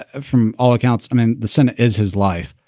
ah from all accounts, i mean, the senate is his life.